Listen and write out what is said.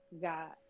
got